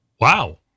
Wow